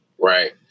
right